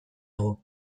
dugu